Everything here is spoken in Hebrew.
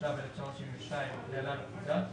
התשל"ב-1972 (להלן הפקודה),